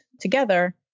together